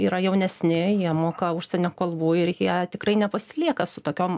yra jaunesni jie moka užsienio kalbų ir jie tikrai nepasilieka su tokiom